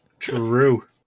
True